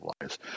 lies